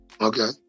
Okay